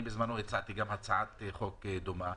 גם אני הצעתי בזמנו הצעת חוק דומה.